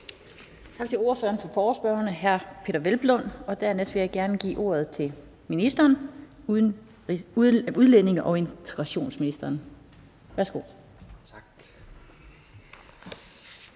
Tak til ordføreren for forespørgerne, hr. Peder Hvelplund. Dernæst vil jeg gerne give ordet til udlændinge- og integrationsministeren. Værsgo. Kl.